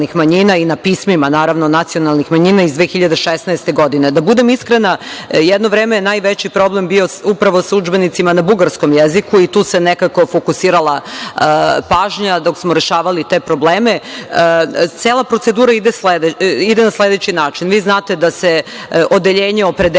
i na pismima nacionalnih manjina iz 2016. godine. Da budem iskrena, jedno vreme je najveći problem bio upravo sa udžbenicima na bugarskom jeziku i tu se nekako fokusirala pažnja dok smo rešavali te probleme. Cela procedura ide na sledeći način. Vi znate da se odeljenje opredeljuje